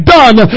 done